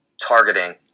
targeting